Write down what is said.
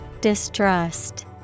Distrust